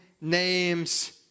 name's